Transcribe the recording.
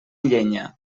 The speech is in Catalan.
llenya